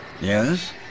Yes